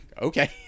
Okay